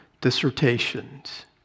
dissertations